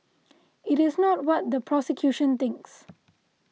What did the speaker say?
it is not what the prosecution thinks